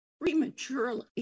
prematurely